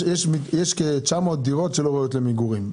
יש כ-900 דירות שלא ראויות למגורים.